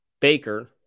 Baker